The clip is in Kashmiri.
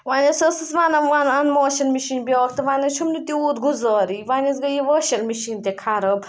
وۄنۍ ہَسا ٲسٕس وَنان وۄنۍ اَنہٕ واشنٛگ مِشیٖن بیٛاکھ تہٕ وۄنۍ حظ چھُم نہٕ تیوٗت گُزارٕے وۄنۍ حظ گٔیٚے یہِ واشنٛگ مِشیٖن تہِ خراب